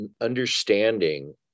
understanding